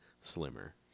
slimmer